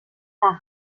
par